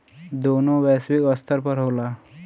दोनों वैश्विक स्तर पर होला